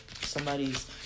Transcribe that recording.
Somebody's